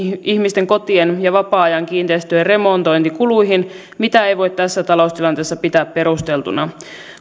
ihmisten kotien ja vapaa ajankiinteistöjen remontointikuluihin mitä ei voi tässä taloustilanteessa pitää perusteltuna